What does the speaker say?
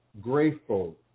grateful